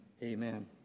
Amen